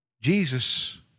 Jesus